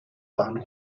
waren